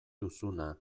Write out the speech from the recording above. duzuna